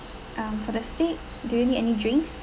um for the steak do you need any drinks